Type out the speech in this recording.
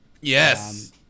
Yes